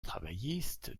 travailliste